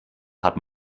hat